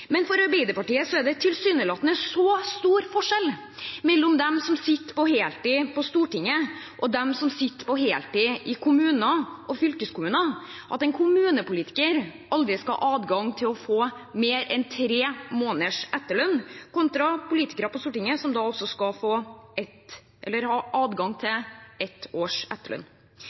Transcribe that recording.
Men for Arbeiderpartiet er det tilsynelatende så stor forskjell mellom dem som sitter på heltid på Stortinget, og dem som sitter på heltid i kommuner og fylkeskommuner, at en kommunepolitiker aldri skal ha adgang til å få mer enn tre måneders etterlønn, kontra politikere på Stortinget, som altså skal ha adgang til ett års etterlønn.